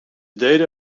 deden